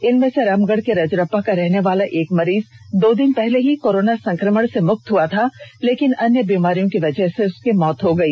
इनमें से रामगढ़ के रजरप्पा का रहने वाला एक मरीज दो दिन पहले ही कोरोना संक्रमण से मुक्त हुआ था लेकिन अन्य बीमारियों की वजह से उसकी मौत हो गई